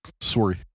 Sorry